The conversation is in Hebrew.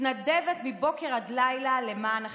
מתנדבת מבוקר עד לילה למען אחרים,